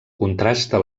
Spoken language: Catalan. contrasta